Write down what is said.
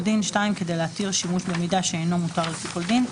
דין; כדי להתיר שימוש במידע שאינו מותר לפי כל דין.